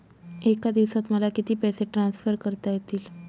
एका दिवसात मला किती पैसे ट्रान्सफर करता येतील?